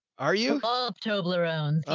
are you ah toblerones? oh,